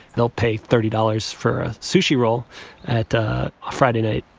they'll pay thirty dollars for a sushi roll at a ah friday night,